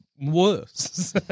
worse